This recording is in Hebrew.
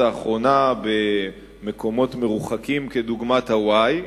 האחרונה במקומות מרוחקים כדוגמת הוואי,